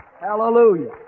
Hallelujah